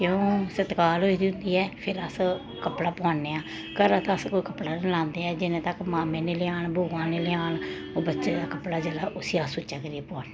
क्यों सतकाल होई दी होंदी ऐ फिर अस कपड़ा पोआन्ने आं घरा दा अस कोई कपड़ा निं लांदे आं जिन्ने तक मामे निं लेआान बूआ निं लेआान ओह् बच्चे दा कपड़ा जेह्ड़ा उसी अस सुच्चा करियै पोआन्ने आं